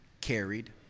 carried